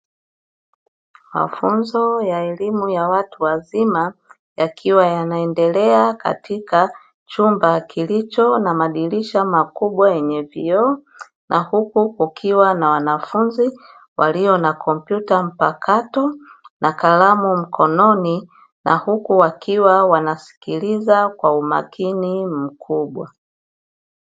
mafunzo ya elimu ya watu wazima yakiwa yanaendelea katika chumba kilicho na madirisha makubwa, yenye vioo na huku kukiwa na wanafunzi walio na kompyuta mpakato na kalamu mkononi na huku wakiwa wanasikiliza kwa umakini mkubwa.